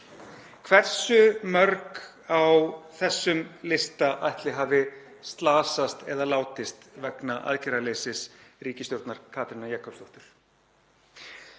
Hversu mörg á þessum lista ætli hafi slasast eða látist vegna aðgerðaleysis ríkisstjórnar Katrínar Jakobsdóttur?